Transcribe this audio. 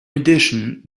addition